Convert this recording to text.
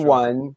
one